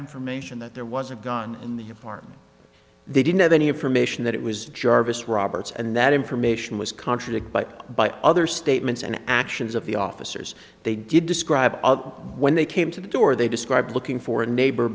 information that there was a gun in the form they didn't have any information that it was jarvis roberts and that information was contradicted by by other statements and actions of the officers they did describe when they came to the door they described looking for a neighbor